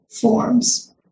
forms